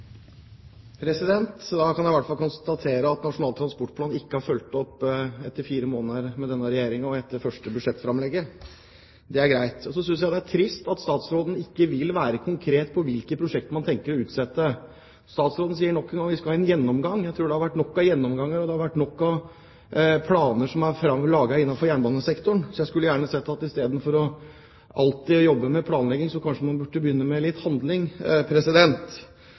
fulgt opp etter fire måneder med denne regjeringen og etter det første budsjettframlegget. Det er greit. Så synes jeg det er trist at statsråden ikke vil være konkret på hvilke prosjekter man tenker å utsette. Statsråden sier nok en gang at vi skal ha en gjennomgang. Jeg tror det har vært nok av gjennomganger, og det har vært nok av planer som har vært lagd innenfor jernbanesektoren, så jeg skulle gjerne sett at man istedenfor alltid å jobbe med planlegging, kanskje kunne begynne med litt handling.